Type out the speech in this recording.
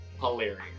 Hilarious